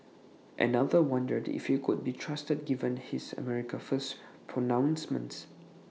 another wondered if he could be trusted given his America First pronouncements